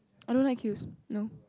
I don't like queues no